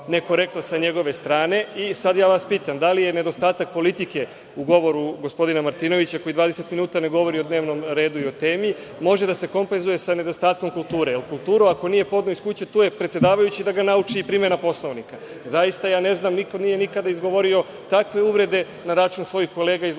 nekorektno sa njegove strane. Sada ja vas pitam da li je nedostatak politike u govoru gospodina Martinovića koji 20 minuta ne govori o dnevnom redu i o temi može da se kompenzuje sa nedostatkom kulture, jer kulturu ako nije poneo iz kuće, tu je predsedavajući da ga nauči i primena Poslovnika. Zaista, ja ne znam, nikada nije izgovorio takve uvrede na račun svojih kolega iz vladajuće